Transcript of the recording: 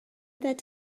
that